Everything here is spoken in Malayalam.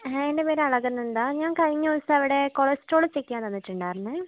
എൻ്റെ പേര് അളകനന്ദ ഞാൻ കഴിഞ്ഞ ദിവസം അവിടെ കൊളസ്ട്രോൾ ചെക്ക് ചെയ്യാൻ തന്നിട്ടുണ്ടായിരുന്നേ